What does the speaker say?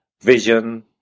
vision